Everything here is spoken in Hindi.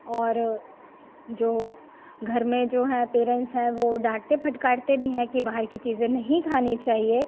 और जो घर में जो हैं पेरेंट्स हैं वो डाँटते फटकारते भी हैं कि बाहर की चीजें नहीं खानी चाहिए